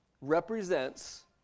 represents